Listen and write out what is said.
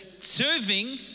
Serving